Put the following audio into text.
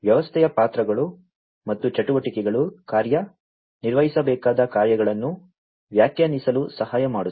ವ್ಯವಸ್ಥೆಯ ಪಾತ್ರಗಳು ಮತ್ತು ಚಟುವಟಿಕೆಗಳು ಕಾರ್ಯ ನಿರ್ವಹಿಸಬೇಕಾದ ಕಾರ್ಯಗಳನ್ನು ವ್ಯಾಖ್ಯಾನಿಸಲು ಸಹಾಯ ಮಾಡುತ್ತದೆ